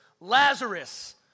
Lazarus